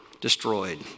destroyed